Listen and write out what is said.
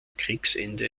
kriegsende